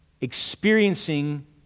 experiencing